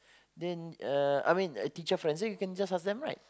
then uh I mean uh teacher friends then you can just ask them right